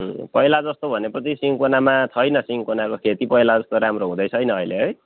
उम्म पहिला जस्तो भनेपछि सिन्कोनामा छैन सिन्कोनाको खेती पहिला जस्तो राम्रो हुँदैछैन अहिले है